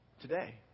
today